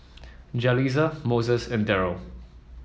Jalisa Moses and Deryl